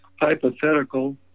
hypothetical